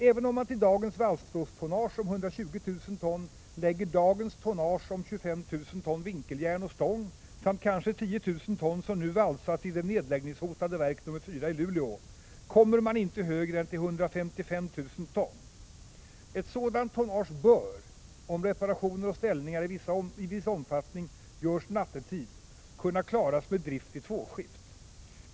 Även om man till dagens valstrådstonnage om 120 000 ton lägger dagens tonnage om 25 000 ton vinkeljärn och stång samt kanske 10 000 ton som nu valsas i det nedläggninghotade verk nr 4 i Luleå, kommer man inte högre än till 155 000 ton. Ett sådant tonnage bör, om reparationer och ställningar i viss omfattning görs nattetid, kunna klaras med drift i tvåskift.